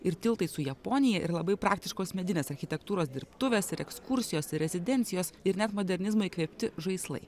ir tiltai su japonija ir labai praktiškos medinės architektūros dirbtuvės ir ekskursijos ir rezidencijos ir net modernizmo įkvėpti žaislai